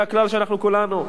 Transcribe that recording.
זה הכלל שאנחנו כולנו,